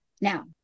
Now